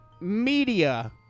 media